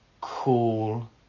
cool